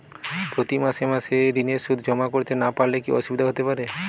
প্রতি মাসে মাসে ঋণের সুদ জমা করতে না পারলে কি অসুবিধা হতে পারে?